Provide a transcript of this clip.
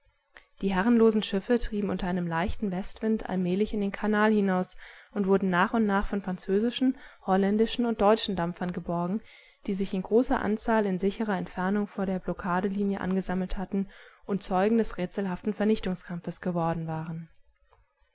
die herrenlosen schiffe trieben unter einem leichten westwind allmählich in den kanal hinaus und wurden nach und nach von französischen holländischen und deutschen dampfern geborgen die sich in großer anzahl in sicherer entfernung von der blockadelinie angesammelt hatten und zeugen des rätselhaften vernichtungskampfes geworden waren